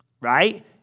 right